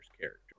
character